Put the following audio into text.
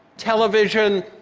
television,